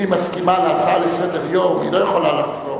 אם היא מסכימה להצעה לסדר-יום היא לא יכולה לחזור,